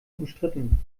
umstritten